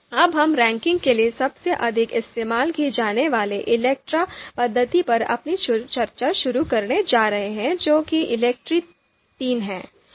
अब हम रैंकिंग के लिए सबसे अधिक इस्तेमाल की जाने वाली इलेक्ट्रा पद्धति पर अपनी चर्चा शुरू करने जा रहे हैं जो कि इलेक्ट्री III है